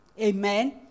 Amen